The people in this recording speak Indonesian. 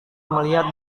melihat